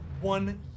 one